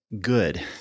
good